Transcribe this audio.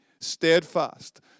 steadfast